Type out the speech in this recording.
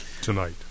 tonight